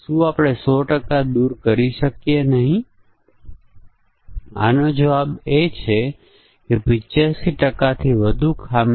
હવે ચાલો જોઈએ કે કઈ સમસ્યાઓ છે જ્યાં તમે આ નિર્ણય ટેબલ આધારિત પરીક્ષણ લાગુ કરી શકો છો